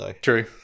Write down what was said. True